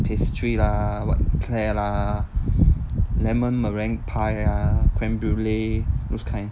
pastry lah [what] eclair lah lemon meringue pie ah creme brulee those kind